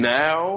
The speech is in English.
now